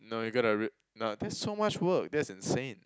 no you gotta r~ no that's so much work that's insane